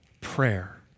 prayer